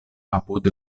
apud